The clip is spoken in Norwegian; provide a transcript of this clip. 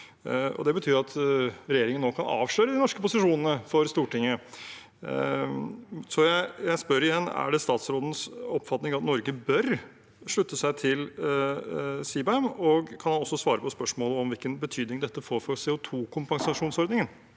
det betyr jo at regjeringen nå kan avsløre de norske posisjonene for Stortinget. Så jeg spør igjen: Er det statsrådens oppfatning at Norge bør slutte seg til CBAM, og kan han også svare på spørsmålet om hvilken betydning dette får for CO2-kompensasjonsordningen?